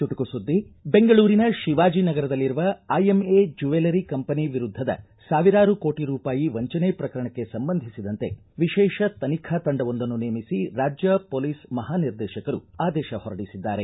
ಚುಟುಕು ಸುದ್ದಿ ಬೆಂಗಳೂರಿನ ಶಿವಾಜನಗರದಲ್ಲಿರುವ ಐಎಂಎ ಜ್ಯುವೆಲರಿ ಕಂಪನಿ ವಿರುದ್ಧದ ಸಾವಿರಾರು ಕೋಟ ರೂಪಾಯಿ ವಂಚನೆ ಪ್ರಕರಣಕ್ಕೆ ಸಂಬಂಧಿಸಿದಂತೆ ವಿಶೇಷ ತನಿಖಾ ತಂಡವೊಂದನ್ನು ನೇಮಿಸಿ ರಾಜ್ಯ ಕೊಲೀಸ್ ಮಹಾನಿರ್ದೇಶಕರು ಆದೇಶ ಹೊರಡಿಸಿದ್ದಾರೆ